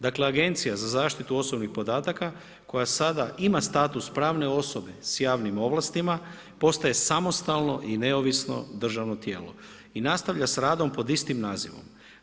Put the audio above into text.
Dakle Agencija za zaštitu osobnih podataka, koja sada ima status pravne osobe s javnim ovlastima, postaje samostalno i neovisno državno tijelo i nastavlja s radom pod istim nazivom.